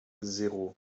zéro